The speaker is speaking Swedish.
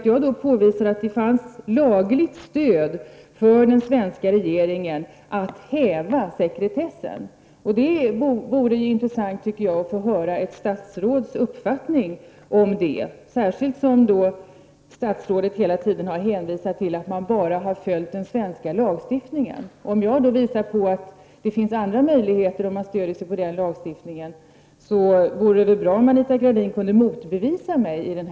Jag påvisade att det fanns lagligt stöd för den svenska regeringen att häva sekretessen. Det vore intressant, tycker jag, att få höra ett statsråds uppfattning om detta, särskilt som statsrådet hela tiden har hänvisat till att man bara har följt den svenska lagstiftningen. Om jag då visar på att det finns andra möjligheter om man stöder sig på den lagstiftningen, så vore det väl bra om Anita Gradin kunde motbevisa det.